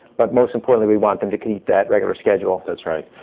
but most importantly, we want them to keep that regular schedule. that's right.